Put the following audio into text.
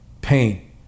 pain